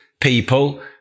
people